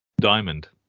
Diamond